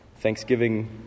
Thanksgiving